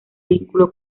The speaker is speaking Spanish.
vínculo